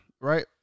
right